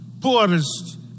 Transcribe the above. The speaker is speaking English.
poorest